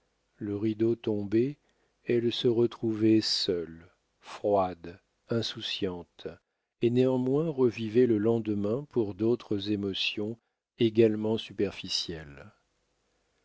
le rideau tombé elle se retrouvait seule froide insouciante et néanmoins revivait le lendemain pour d'autres émotions également superficielles